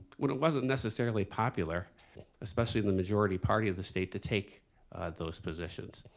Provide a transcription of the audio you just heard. when it wasn't necessarily popular especially in the majority party of the state to take those positions.